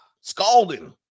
scalding